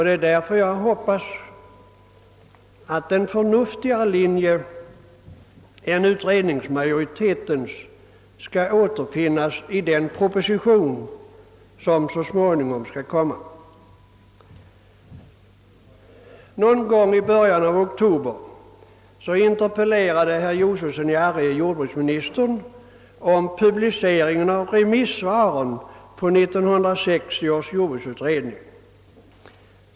Det är därför jag hoppas att en förnuftigare linje än utredningsmajoritetens skall återfinnas i den proposition som så småningom kommer att läggas fram. Någon gång i början av oktober interpellerade herr Josefson i Arrie jordbruksministern beträffande publiceringen av remissvaren på 1960 års jordbruksutredning.